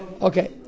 okay